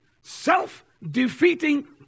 self-defeating